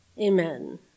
Amen